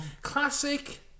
Classic